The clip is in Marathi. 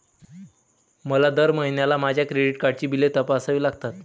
मला दर महिन्याला माझ्या क्रेडिट कार्डची बिले तपासावी लागतात